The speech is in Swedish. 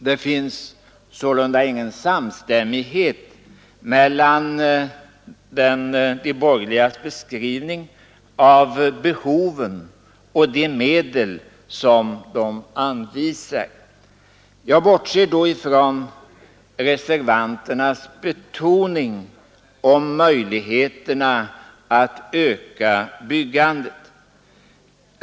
Det finns sålunda ingen samstämmighet mellan de borgerligas beskrivning av behoven och de medel som de anvisar. Jag bortser då från reservanternas betoning av möjligheterna att öka byggandet.